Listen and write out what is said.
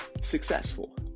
successful